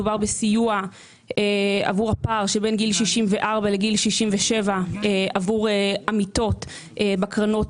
מדובר בסיוע עבור הפער שבין גיל 64 לגיל 67 עבור עמיתות בקרנות